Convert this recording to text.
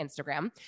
Instagram